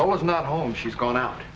i was not home she's gone out